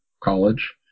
college